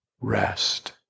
rest